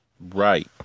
Right